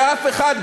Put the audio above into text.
ואף אחד,